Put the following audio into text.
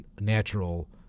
natural